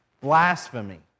blasphemy